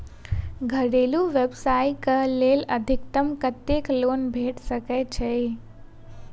घरेलू व्यवसाय कऽ लेल अधिकतम कत्तेक लोन भेट सकय छई?